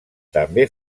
també